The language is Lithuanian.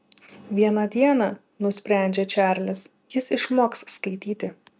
vieną dieną nusprendžia čarlis jis išmoks skaityti